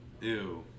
Ew